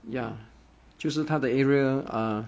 ya 就是它的 area ah